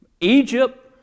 Egypt